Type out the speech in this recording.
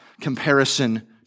comparison